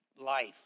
life